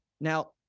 Now